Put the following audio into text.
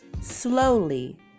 Slowly